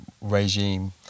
regime